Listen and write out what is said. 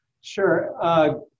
Sure